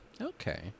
Okay